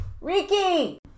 Ricky